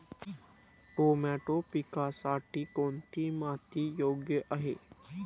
Tomato पिकासाठी कोणती माती योग्य आहे?